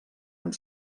amb